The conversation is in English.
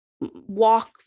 walk